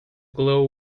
glow